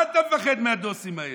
מה אתה מפחד מהדוסים האלה?